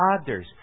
others